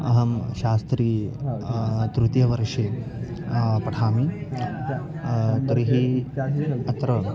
अ अहं शास्त्री तृतीयवर्षे पठामि तर्हि अत्र